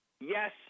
Yes